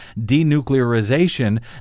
denuclearization